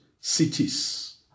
cities